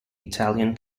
italian